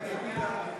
קבוצת סיעת יש עתיד,